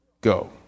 go